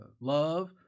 love